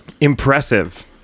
Impressive